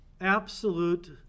absolute